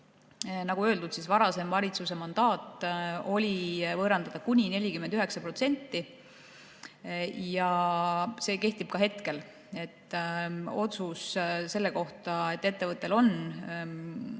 Nagu öeldud, varasem valitsuse mandaat oli võõrandada kuni 49%. See kehtib ka hetkel. Otsus selle kohta, et ettevõttel on